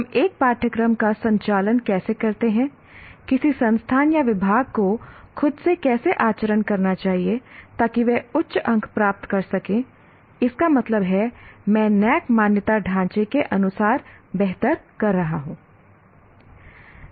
हम एक पाठ्यक्रम का संचालन कैसे करते हैं किसी संस्थान या विभाग को खुद कैसे आचरण करना चाहिए ताकि वे उच्च अंक प्राप्त कर सकें इसका मतलब है मैं NAAC मान्यता ढांचे के अनुसार बेहतर कर रहा हूं